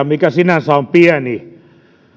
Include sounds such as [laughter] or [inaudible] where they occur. [unintelligible] mikä sinänsä on pieni